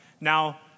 Now